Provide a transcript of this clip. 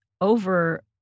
over